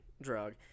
drug